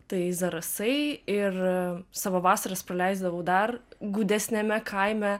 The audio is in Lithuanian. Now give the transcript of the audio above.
tai zarasai ir savo vasaras praleisdavau dar gūdesniame kaime